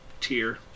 tier